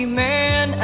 man